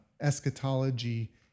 eschatology